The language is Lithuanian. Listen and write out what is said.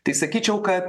tik sakyčiau kad